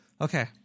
okay